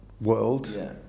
world